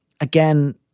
again